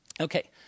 Okay